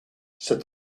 said